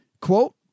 quote